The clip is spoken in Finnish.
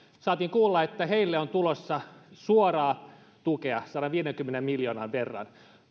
saatiin kuulla että heille on tulossa suoraa tukea sadanviidenkymmenen miljoonan verran